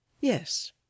Yes